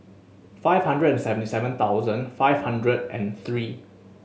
five hundred and seventy seven thousand five hundred and three